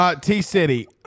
T-City